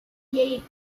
eight